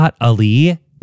Ali